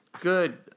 good